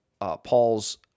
Paul's